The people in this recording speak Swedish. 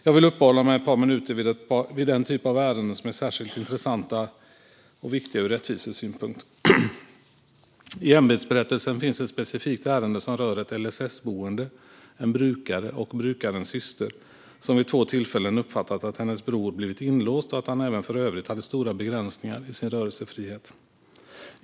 Jag vill uppehålla mig ett par minuter vid en typ av ärenden som är särskilt intressanta och viktiga ur rättvisesynpunkt. I ämbetsberättelsen finns ett specifikt ärende som rör ett LSS-boende, en brukare och brukarens syster, som vid två tillfällen uppfattat att hennes bror blivit inlåst och att han även för övrigt hade stora begränsningar i sin rörelsefrihet.